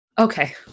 Okay